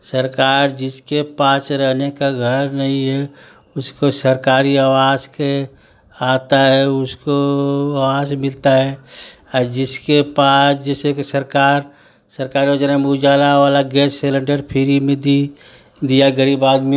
सरकार जिसके पास रहने का घर नहीं है उसको सरकारी आवास के आता है उसको आवास मिलता है आ जिसके पास जैसे कि सरकार सरकार योजना में उजाला वाला गैस सेलेन्डर फिरी में दी दिया गरीब आदमी